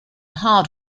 hard